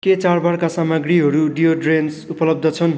के चाड बाडका सामग्रीहरू डियोड्रेन्टस उपलब्ध छन्